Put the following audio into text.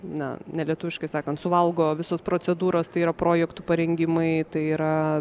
na nelietuviškai sakant suvalgo visos procedūros tai yra projektų parengimai tai yra